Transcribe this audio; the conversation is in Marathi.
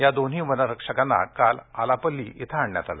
या दोन्ही वनरक्षकांना काल आलापल्ली इथं आणण्यात आलं